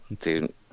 dude